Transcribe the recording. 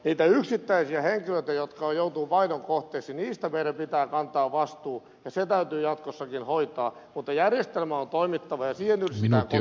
niistä yksittäisistä henkilöistä jotka joutuvat vainon kohteeksi meidän pitää kantaa vastuu ja se täytyy jatkossakin hoitaa mutta järjestelmän on toimittava ja siihen yhdistettävä kotouttaminen